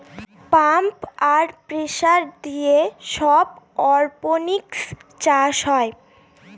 pump আর pressure দিয়ে সব অরপনিক্স চাষ হয়